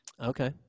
Okay